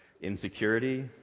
insecurity